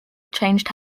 changed